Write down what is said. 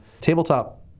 tabletop